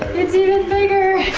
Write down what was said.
it's even bigger!